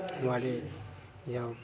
हमारे जो